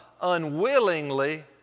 unwillingly